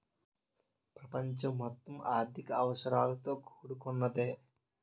ప్రపంచం మొత్తం ఆర్థిక అవసరాలతో కూడుకున్నదే